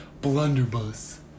Blunderbuss